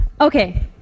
Okay